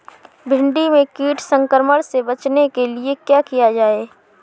भिंडी में कीट संक्रमण से बचाने के लिए क्या किया जाए?